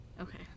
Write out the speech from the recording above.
Okay